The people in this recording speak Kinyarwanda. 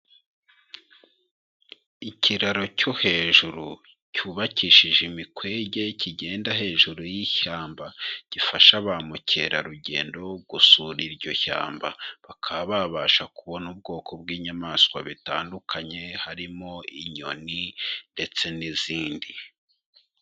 Ikiraro cyo hejuru cyubakishije imikwege, kigenda hejuru y'ishyamba gifasha ba mukerarugendo gusura iryo shyamba, bakaba babasha kubona ubwoko bw'inyamaswa butandukanye harimo inyoni ndetse n'izindi.